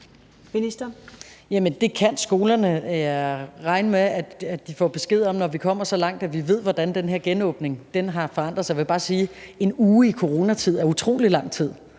det kan skolerne regne med, at de får besked om, når vi kommer så langt, at vi ved, hvordan den her genåbning har forandret sig. Jeg vil bare sige, at en uge i coronatid er utrolig lang tid,